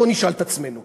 בואו נשאל את עצמנו.